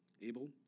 Abel